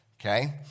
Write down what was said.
Okay